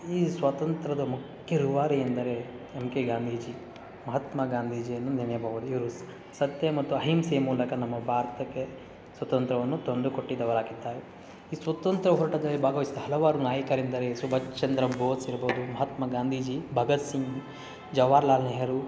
ಈ ಸ್ವತಂತ್ರದ ಮುಖ್ಯ ರೂವಾರಿ ಎಂದರೆ ಎಮ್ ಕೆ ಗಾಂಧೀಜಿ ಮಹಾತ್ಮ ಗಾಂಧೀಜಿಯನ್ನು ನೆನೆಯಬಹುದು ಇವರು ಸತ್ಯ ಮತ್ತು ಅಹಿಂಸೆ ಮೂಲಕ ನಮ್ಮ ಭಾರತಕ್ಕೆ ಸ್ವತಂತ್ರವನ್ನು ತಂದುಕೊಟ್ಟಿದ್ದವರಾಗಿದ್ದಾರೆ ಈ ಸ್ವತಂತ್ರ ಹೋರ್ಟದಲ್ಲಿ ಭಾಗವಯ್ಸಿದ ಹಲವಾರು ನಾಯಕರೆಂದರೆ ಸುಭಾಸ್ ಚಂದ್ರ ಬೋಸ್ ಇರ್ಬೋದು ಮಹಾತ್ಮ ಗಾಂಧೀಜಿ ಭಗತ್ ಸಿಂಗ್ ಜವಾಹರ್ಲಾಲ್ ನೆಹರು